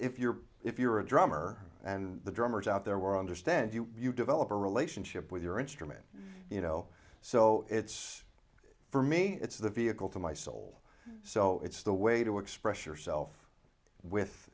if you're if you're a drummer and the drummers out there were understand you you develop a relationship with your instrument you know so it's for me it's the vehicle to my soul so it's the way to express yourself with